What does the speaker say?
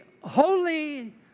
holy